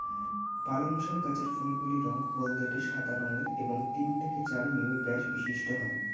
পালং শাক গাছের ফুলগুলি রঙ হলদেটে সাদা রঙের এবং তিন থেকে চার মিমি ব্যাস বিশিষ্ট হয়